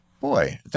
Boy